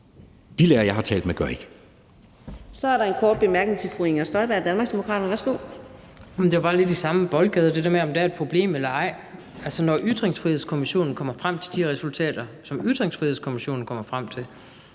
næstformand (Karina Adsbøl): Så er der en kort bemærkning til fru Inger Støjberg, Danmarksdemokraterne. Værsgo. Kl. 16:19 Inger Støjberg (DD): Det er lidt i samme boldgade – det der med, om der er et problem eller ej. Når Ytringsfrihedskommissionen kommer frem til de resultater, som Ytringsfrihedskommissionen kommer frem til,